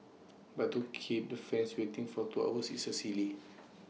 but to keep the fans waiting for two hours is sir silly